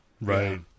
right